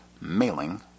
mailing